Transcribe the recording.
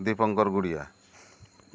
Dipankar Gudia